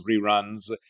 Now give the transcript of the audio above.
reruns